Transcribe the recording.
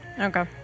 Okay